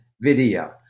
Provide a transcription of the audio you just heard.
video